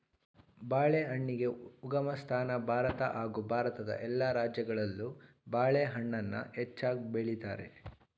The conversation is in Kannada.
ಬಾಳೆಹಣ್ಣಿಗೆ ಉಗಮಸ್ಥಾನ ಭಾರತ ಹಾಗೂ ಭಾರತದ ಎಲ್ಲ ರಾಜ್ಯಗಳಲ್ಲೂ ಬಾಳೆಹಣ್ಣನ್ನ ಹೆಚ್ಚಾಗ್ ಬೆಳಿತಾರೆ